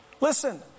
Listen